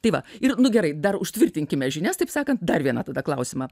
tai va ir nu gerai dar užtvirtinkime žinias taip sakant dar vieną tada klausimą